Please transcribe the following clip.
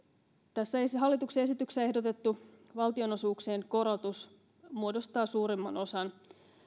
tässä hallituksen esityksessä ehdotettu valtionosuuksien korotus muodostaa suurimman osan